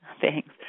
Thanks